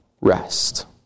rest